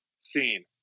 scene